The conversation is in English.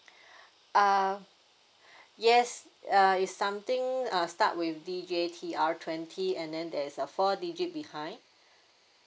uh yes uh it's something uh start with D J T R twenty and then there's a four digit behind